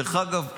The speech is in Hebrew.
דרך אגב,